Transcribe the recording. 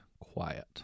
quiet